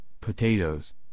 potatoes